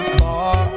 bar